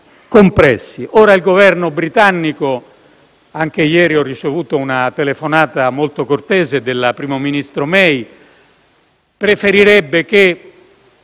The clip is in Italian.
Il Governo britannico - anche ieri ho ricevuto una telefonata molto cortese del primo ministro May - preferirebbe che